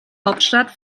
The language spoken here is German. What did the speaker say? hauptstadt